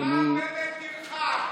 מדבר בנט תרחק.